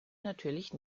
natürlich